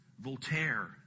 Voltaire